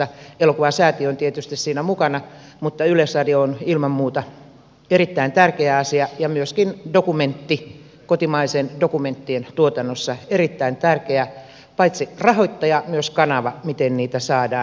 elokuvasäätiö on tietysti siinä mukana mutta yleisradio on ilman muuta erittäin tärkeä asia ja myöskin kotimaisten dokumenttien tuotannossa paitsi erittäin tärkeä rahoittaja myös kanava siinä miten elokuvia saadaan esille